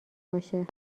باشه